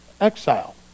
exile